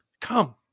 Come